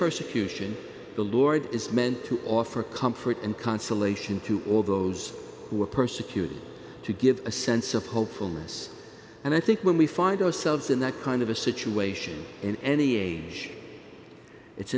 persecution the lord is meant to offer comfort and consolation to all those who are persecuted to give a sense of hopefulness and i think when we find ourselves in that kind of a situation in any age it's